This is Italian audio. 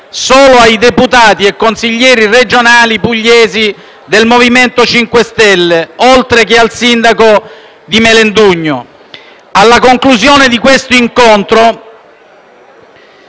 solo ai deputati e consiglieri regionali pugliesi del MoVimento 5 Stelle, oltre che al sindaco di Melendugno. Alla conclusione di questo incontro,